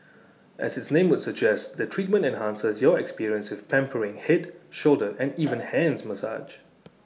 as its name would suggest the treatment enhances your experience with pampering Head shoulder and even hands massage